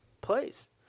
plays